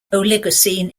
oligocene